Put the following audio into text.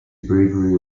bravery